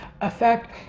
effect